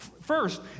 First